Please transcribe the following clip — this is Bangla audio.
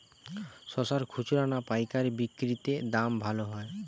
শশার খুচরা না পায়কারী বিক্রি তে দাম ভালো হয়?